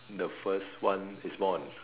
the first one is born